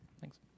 Thanks